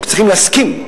הם צריכים להסכים,